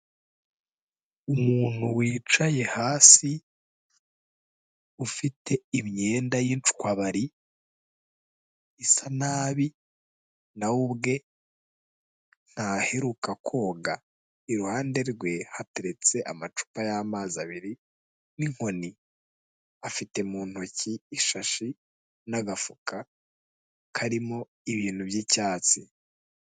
Umuntu wicaye hasi ufite imyenda y'incwabari isa nabi, na we ubwe ntaheruka koga; iruhande rwe hateretse amacupa y'amazi abiri n'inkoni, afite mu ntoki ishashi n'agafuka karimo ibintu by'icyatsi.